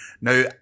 Now